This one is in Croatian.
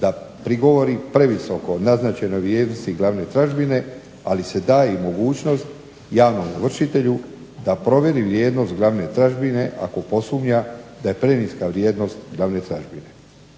da prigovori previsoko naznačenoj vrijednosti glavne tražbine ali se daje mogućnost javnom ovršitelju da provjeri vrijednost glavne tražbine ako posumnja da je preniska vrijednost glavne tražbine.